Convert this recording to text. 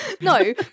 No